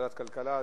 ועדת הכלכלה.